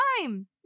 time